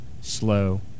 slow